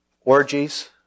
Orgies